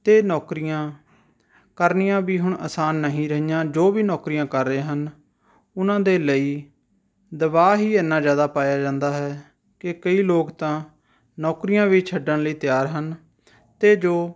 ਅਤੇ ਨੌਕਰੀਆਂ ਕਰਨੀਆਂ ਵੀ ਹੁਣ ਅਸਾਨ ਨਹੀਂ ਰਹੀਆਂ ਜੋ ਵੀ ਨੌਕਰੀਆਂ ਕਰ ਰਹੇ ਹਨ ਉਹਨਾਂ ਦੇ ਲਈ ਦਬਾਅ ਹੀ ਐਨਾ ਜ਼ਿਆਦਾ ਪਾਇਆ ਜਾਂਦਾ ਹੈ ਕਿ ਕਈ ਲੋਕ ਤਾਂ ਨੌਕਰੀਆਂ ਵੀ ਛੱਡਣ ਲਈ ਹੀ ਤਿਆਰ ਹਨ ਅਤੇ ਜੋ